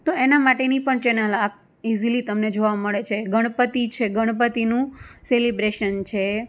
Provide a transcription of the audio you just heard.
તો એના માટેની પણ ચેનલ આ ઇઝીલી તમને જોવા મળે છે ગણપતિ છે ગણપતિનું સેલિબ્રેશન છે